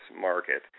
market